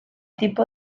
tipo